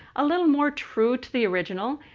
a little more true to the original,